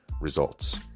results